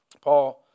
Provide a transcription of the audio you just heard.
Paul